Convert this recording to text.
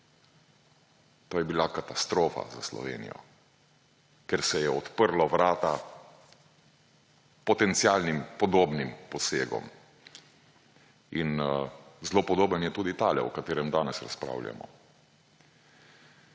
To je bila katastrofa za Slovenijo, ker se je odprlo vrata potencialnim podobnim posegom. In zelo podoben je tudi tale, o katerem danes razpravljamo.